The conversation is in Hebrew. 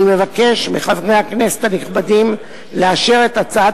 אני מבקש מחברי הכנסת הנכבדים לאשר את הצעת